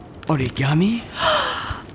origami